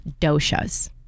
doshas